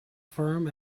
firm